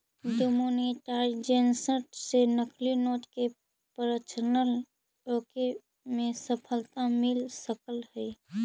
demonetisation से नकली note के प्रचलन रोके में सफलता मिल सकऽ हई